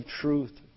truth